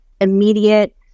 immediate